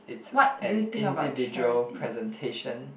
it's an individual presentation